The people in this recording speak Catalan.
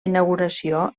inauguració